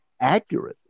accurately